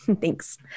Thanks